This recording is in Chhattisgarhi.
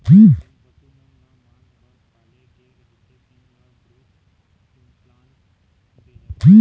जेन पशु मन ल मांस बर पाले गे रहिथे तेन ल ग्रोथ इंप्लांट दे जाथे